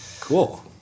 Cool